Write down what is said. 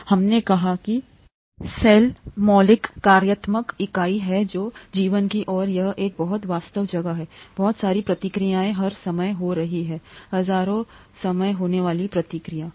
हमने कहा सेल मौलिक कार्यात्मक इकाई है जीवन की और यह एक बहुत व्यस्त जगह है बहुत सारी प्रतिक्रियाएं हर समय हो रही हैं हजारों हर समय होने वाली प्रतिक्रियाएँ